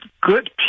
good